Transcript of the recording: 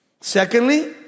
Secondly